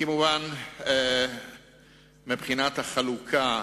כמובן, מבחינת החלוקה,